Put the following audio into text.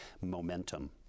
momentum